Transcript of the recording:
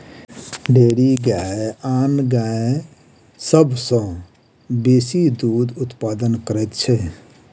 dairy गाय आन गाय सभ सॅ बेसी दूध उत्पादन करैत छै